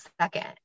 second